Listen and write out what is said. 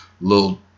Little